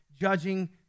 judging